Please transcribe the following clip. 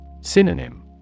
Synonym